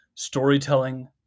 storytelling